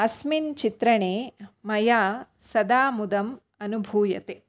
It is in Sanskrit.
अस्मिन् चित्रणे मया सदा मुदम् अनुभूयते